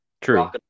true